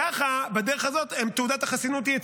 כך, בדרך הזאת, תעודת החסינות היא אצלם,